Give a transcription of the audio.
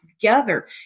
together